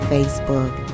Facebook